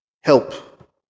help